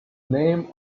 name